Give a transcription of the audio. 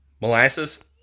Molasses